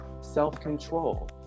self-control